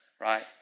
Right